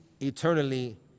eternally